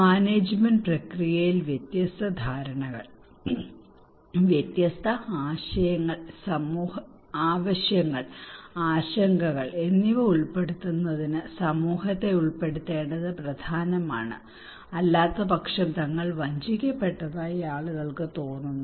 management പ്രക്രിയയിൽ വ്യത്യസ്ത ധാരണകൾ വ്യത്യസ്ത ആശയങ്ങൾ ആവശ്യങ്ങൾ ആശങ്കകൾ എന്നിവ ഉൾപ്പെടുത്തുന്നതിന് സമൂഹത്തെ ഉൾപ്പെടുത്തേണ്ടത് പ്രധാനമാണ് അല്ലാത്തപക്ഷം തങ്ങൾ വഞ്ചിക്കപ്പെട്ടതായി ആളുകൾക്ക് തോന്നുന്നു